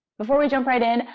before we jump right in,